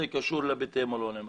קשור לבתי המלון.